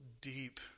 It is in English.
deep